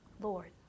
Lord